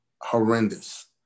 horrendous